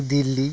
Delhi